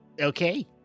Okay